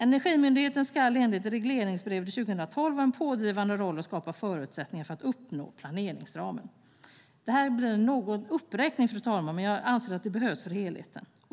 Energimyndigheten ska enligt regleringsbrevet för 2012 ha en pådrivande roll och skapa förutsättningar för att uppnå planeringsramen. Det här blir en uppräkning, fru talman, men jag anser att det behövs för helheten.